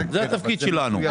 זה התפקיד שלנו.